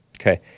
okay